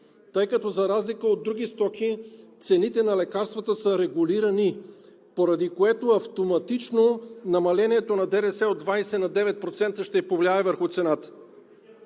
Тъй като за разлика от други стоки цените на лекарствата са регулирани, поради което автоматично намаляването на ДДС от 20% на 9% ще повлияе върху цената.